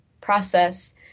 process